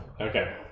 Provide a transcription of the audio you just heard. Okay